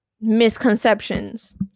misconceptions